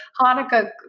Hanukkah